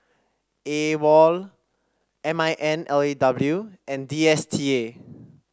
AWOL M I N L A W and D S T A